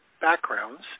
backgrounds